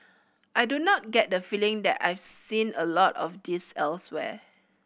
I do not get the feeling that I've seen a lot of this elsewhere